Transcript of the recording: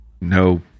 no